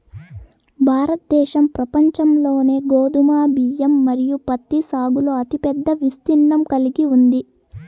భారతదేశం ప్రపంచంలోనే గోధుమ, బియ్యం మరియు పత్తి సాగులో అతిపెద్ద విస్తీర్ణం కలిగి ఉంది